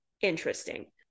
interesting